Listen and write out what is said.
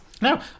No